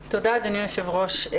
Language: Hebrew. תודה, אדוני היושב-ראש.